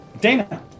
Dana